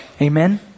Amen